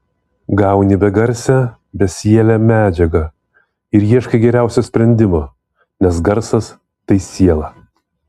gauni begarsę besielę medžiagą ir ieškai geriausio sprendimo nes garsas tai siela